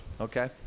Okay